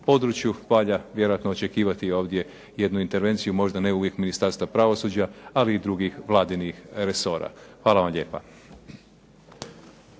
Valja vjerojatno očekivati ovdje i jednu intervenciju možda ne uvijek Ministarstva pravosuđa, ali i drugih vladinih resora. Hvala vam lijepa.